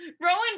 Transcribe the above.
Rowan